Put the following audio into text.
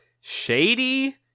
shady